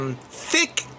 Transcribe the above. Thick